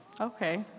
Okay